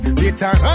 later